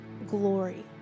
glory